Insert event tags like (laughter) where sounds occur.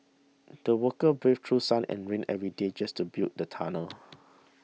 the workers braved through sun and rain every day just to build the tunnel (noise)